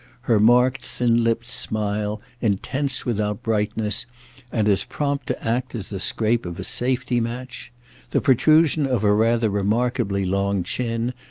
her marked thin-lipped smile, intense without brightness and as prompt to act as the scrape of a safety-match the protrusion of her rather remarkably long chin,